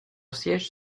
siège